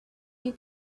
you